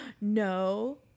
no